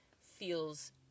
feels